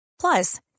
Plus